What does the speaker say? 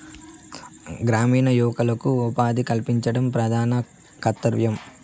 గ్రామీణ యువకులకు ఉపాధి కల్పించడం ప్రధానమైన కర్తవ్యం